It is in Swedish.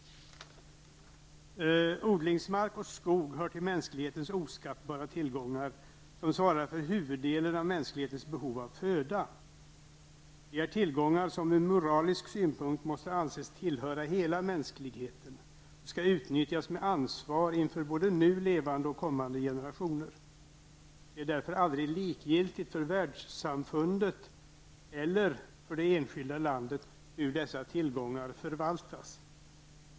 Odlingsmark och skog hör till mänsklighetens oskattbara tillgångar som svarar för huvuddelen av mänsklighetens behov av föda. De är tillgångar som ur moralisk synpunkt måste anses tillhöra hela mänskligheten och skall utnyttjas med ansvar inför både nu levande och kommande generationer. Det är därför aldrig likgiltigt för världssamfundet eller för det enskilda landet hur dessa naturtillgångar förvaltas.